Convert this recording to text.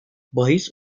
bahis